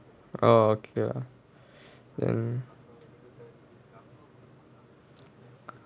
orh okay lah